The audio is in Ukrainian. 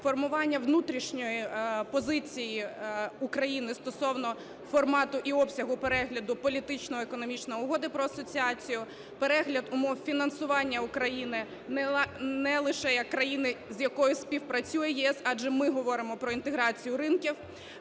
формування внутрішньої позиції України стосовно формату і обсягу перегляду політичної і економічної Угоди про асоціацію, перегляд умов фінансування України не лише як країни, з якою співпрацює ЄС, адже ми говоримо про інтеграцію ринків;